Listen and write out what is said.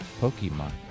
Pokemon